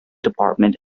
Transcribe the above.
department